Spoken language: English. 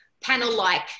panel-like